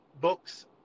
books